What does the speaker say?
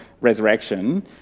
resurrection